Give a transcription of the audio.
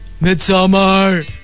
Midsummer